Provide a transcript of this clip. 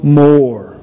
more